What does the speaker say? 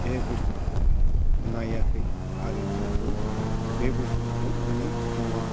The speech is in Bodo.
बे बुस्तुखौ नायाखै आरो जोंखौ बे बुस्तुखौ माने जोंनो